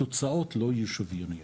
התוצאות לא יהיו שוויונית